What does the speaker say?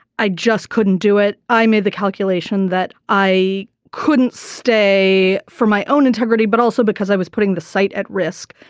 i just couldn't do it. i made the calculation that i couldn't stay for my own integrity but also because i was putting the site at risk.